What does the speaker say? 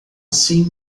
assim